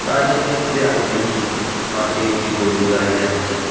তাই সেক্ষেত্রে আমি দেখি পাশে একটি গরুর গাড়ি যাচ্ছে